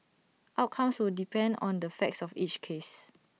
outcomes will depend on the facts of each case